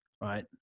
right